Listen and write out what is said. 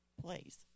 please